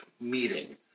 meeting